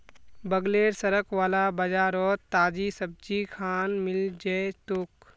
बगलेर सड़क वाला बाजारोत ताजी सब्जिखान मिल जै तोक